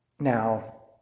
Now